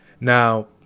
now